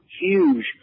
huge